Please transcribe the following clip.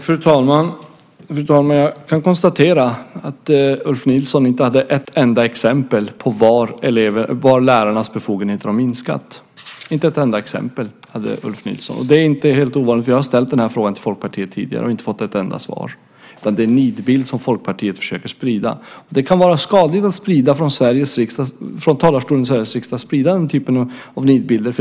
Fru talman! Jag kan konstatera att Ulf Nilsson inte gav ett enda exempel på var lärarnas befogenheter har minskat. Ulf Nilsson hade inte ett enda exempel. Det är inte helt ovanligt. Jag har ställt den här frågan till Folkpartiet tidigare och inte fått något svar. Det är en nidbild som Folkpartiet försöker sprida. Det kan vara skadligt att från talarstolen i Sveriges riksdag sprida den typen av nidbilder.